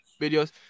videos